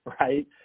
right